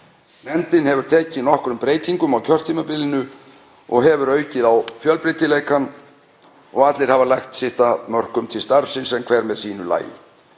Nefndin hefur tekið nokkrum breytingum á kjörtímabilinu og hefur aukið á fjölbreytileikann og allir hafa lagt sitt af mörkum til starfsins en hver með sínu lagi.